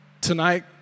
Tonight